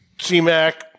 C-Mac